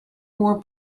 war